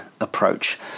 approach